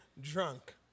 drunk